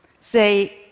say